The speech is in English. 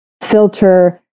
filter